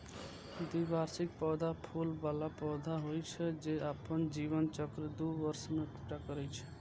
द्विवार्षिक पौधा फूल बला पौधा होइ छै, जे अपन जीवन चक्र दू वर्ष मे पूरा करै छै